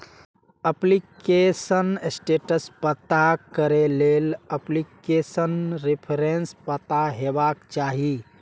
application status पता करै लेल एप्लीकेशन रेफरेंस पता हेबाक चाही